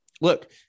Look